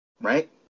Right